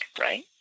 right